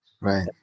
Right